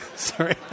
Sorry